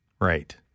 Right